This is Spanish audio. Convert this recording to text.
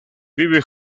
vive